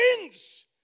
wins